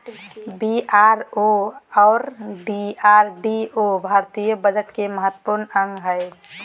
BRO और DRDO भारतीय budget के महत्वपूर्ण अंग हय